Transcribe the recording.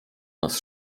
nas